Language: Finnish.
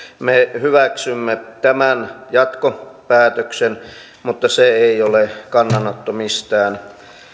me hyväksymme tämän jatkopäätöksen mutta se ei ole kannanotto mistään